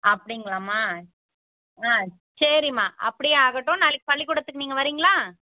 அப்படிங்களாமா ஆ சரிமா அப்படியே ஆகட்டும் நாளைக்கு பள்ளிக்கூடத்துக்கு நீங்கள் வரீங்களா